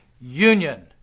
union